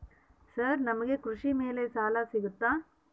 Sir ನಮಗೆ ಕೃಷಿ ಮೇಲೆ ಸಾಲ ಸಿಗುತ್ತಾ?